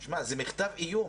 זה מכתב איום.